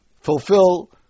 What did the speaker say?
fulfill